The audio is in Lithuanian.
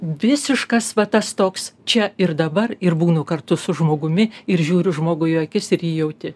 visiškas va tas toks čia ir dabar ir būnu kartu su žmogumi ir žiūriu žmogui į akis ir jį jauti